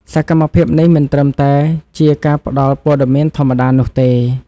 សកម្មភាពនេះមិនត្រឹមតែជាការផ្ដល់ព័ត៌មានធម្មតានោះទេ។